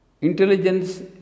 Intelligence